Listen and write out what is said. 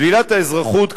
שלילת האזרחות,